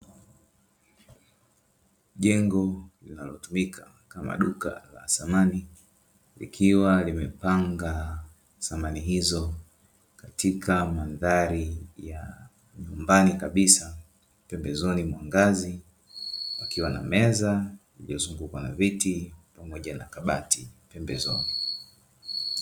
Jengo linalo tumika kama duka la samani likiwa limepanga samani hizo katika mandhari ya nyumbani kabisa pembezoni mwa ngazi, pakiwa na meza iliyo zungukwa na viti pamoja na kabati pembezoni.